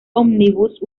ómnibus